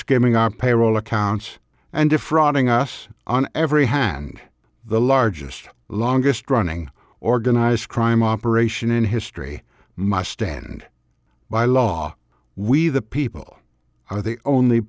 skimming our payroll accounts and defrauding us on every hand the largest longest running organized crime operation in history must stand by law we the people are the o